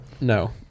No